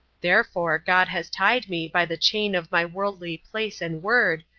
therefore, god has tied me by the chain of my worldly place and word,